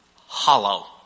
hollow